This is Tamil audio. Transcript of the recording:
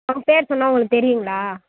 அவங்க பேர் சொன்னா உங்களுக்கு தெரியும்களா